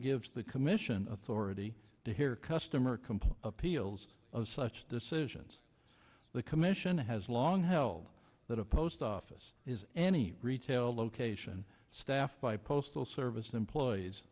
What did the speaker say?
gives the commission authority to hear customer complaint appeals of such decisions the commission has long held that a post office is any retail location staffed by postal service employees